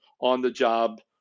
on-the-job